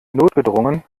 notgedrungen